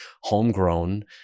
homegrown